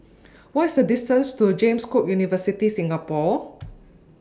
What IS The distance to James Cook University Singapore